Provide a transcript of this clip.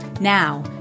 Now